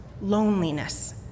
loneliness